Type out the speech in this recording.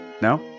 No